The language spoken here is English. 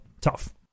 tough